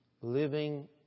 Living